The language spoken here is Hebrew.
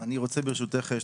אני רוצה ברשותך,